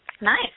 Nice